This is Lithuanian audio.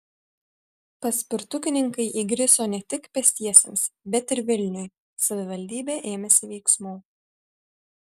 paspirtukininkai įgriso ne tik pėstiesiems bet ir vilniui savivaldybė ėmėsi veiksmų